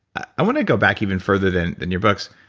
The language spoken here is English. i want to go back even further than than your books.